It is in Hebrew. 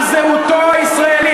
על זהותו הישראלית.